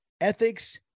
ethics